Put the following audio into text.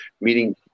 meeting